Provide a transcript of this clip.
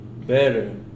better